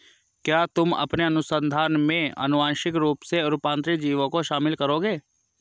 क्या तुम अपने अनुसंधान में आनुवांशिक रूप से रूपांतरित जीवों को शामिल करोगे?